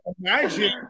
Imagine